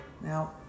now